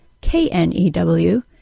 K-N-E-W